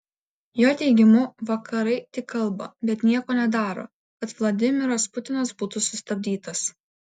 jo teigimu vakarai tik kalba bet nieko nedaro kad vladimiras putinas būtų sustabdytas